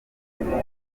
ibikorwa